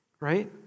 right